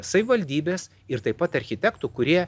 savivaldybės ir taip pat architektų kurie